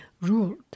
ruled